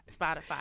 Spotify